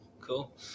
Cool